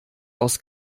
aus